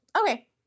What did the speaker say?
Okay